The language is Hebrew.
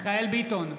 מיכאל מרדכי ביטון,